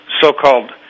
so-called